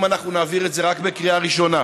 שאם אנחנו נעביר את זה רק בקריאה ראשונה